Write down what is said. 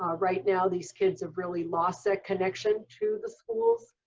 um right now these kids have really lost that connection to the schools.